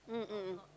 mm mm mm